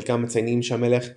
חלקם מציינים שהמלך "הקריב"